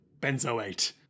benzoate